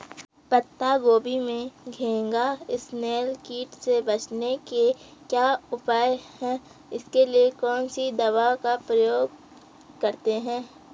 पत्ता गोभी में घैंघा इसनैल कीट से बचने के क्या उपाय हैं इसके लिए कौन सी दवा का प्रयोग करते हैं?